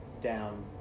down